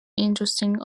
interesting